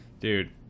dude